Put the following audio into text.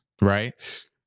right